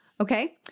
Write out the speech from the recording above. Okay